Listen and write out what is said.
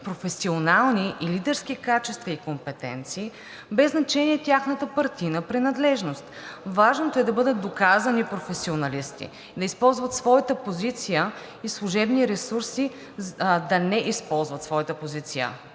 професионални и лидерски качества и компетенции без значение тяхната партийна принадлежност. Важното е да бъдат доказани професионалисти, да не използват своята позиция и служебни ресурси за осъществяването на партийни